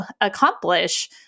accomplish